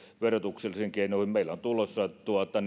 verotuksellisiin keinoihin meillä on tulossa